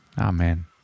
Amen